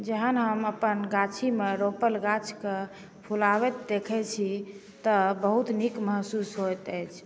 जखन हम अपन गाछीमे रोपल गाछके फुलाबैत देखै छी तऽ बहुत नीक महसूस होइत अछि